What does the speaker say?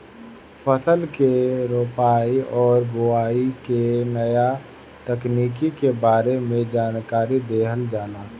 फसल के रोपाई और बोआई के नया तकनीकी के बारे में जानकारी देहल जाला